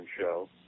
show